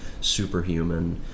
superhuman